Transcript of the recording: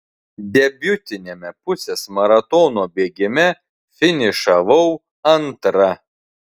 debiutiniame pusės maratono bėgime finišavau antra